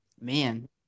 man